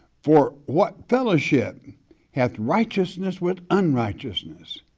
for what fellowship hath righteousness with unrighteousness?